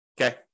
Okay